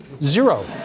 Zero